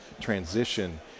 transition